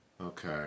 Okay